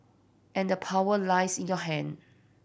and the power lies in your hand